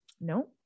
No